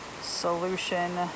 solution